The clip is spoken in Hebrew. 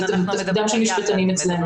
זה תפקידם של המשפטנים אצלנו.